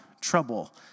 trouble